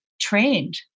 trained